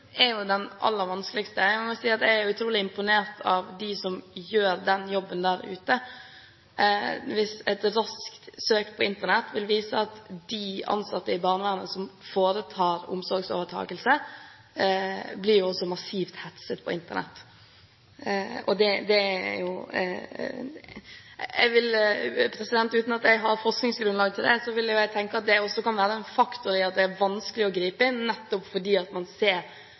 den aller vanskeligste. Jeg må si jeg er utrolig imponert over dem som gjør den jobben der ute. Et raskt søk på Internett vil vise at de ansatte i barnevernet som foretar omsorgsovertakelse, også blir massivt hetset på Internett. Uten at jeg har forskningsgrunnlag til det, vil jeg tenke at det også kan være en faktor som gjør det vanskelig å gripe inn, nettopp fordi man ser